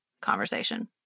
conversation